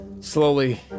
Slowly